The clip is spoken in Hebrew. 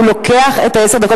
הוא לוקח את עשר הדקות,